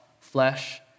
flesh